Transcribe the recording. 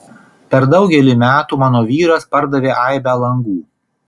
per daugelį metų mano vyras pardavė aibę langų